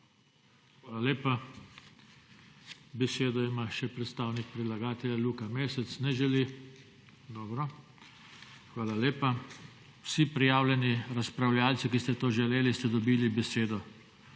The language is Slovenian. Hvala lepa. Besedo ima še predstavnik predlagatelja Luka Mesec, ki pa ne želi besede. Hvala lepa. Vsi prijavljeni razpravljavci, ki ste to želeli, ste dobili besedo.